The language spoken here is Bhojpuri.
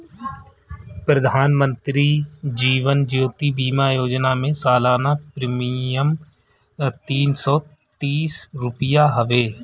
प्रधानमंत्री जीवन ज्योति बीमा योजना में सलाना प्रीमियम तीन सौ तीस रुपिया हवे